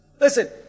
Listen